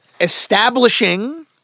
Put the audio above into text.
Establishing